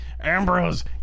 Ambrose